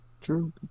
True